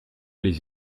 les